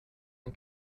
ein